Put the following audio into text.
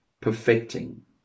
perfecting